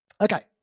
Okay